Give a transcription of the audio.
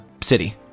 city